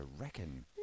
reckon